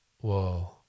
whoa